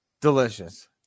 delicious